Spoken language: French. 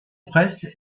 presse